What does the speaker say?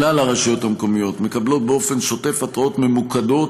כלל הרשויות המקומיות מקבלות באופן שוטף התרעות ממוקדות